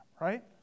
right